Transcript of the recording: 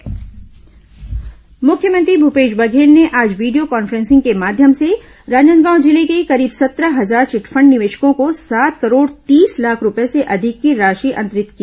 chit fund निवेशक राशि वापसी मुख्यमंत्री भूपेश बघेल ने आज वीडियो कान्फेंसिंग के माध्यम से राजनांदगांव जिले के करीब सत्रह हजार चिटफंड निवेशकों को सात करोड़ तीस लाख रूपए से अधिक की राशि अंतरित की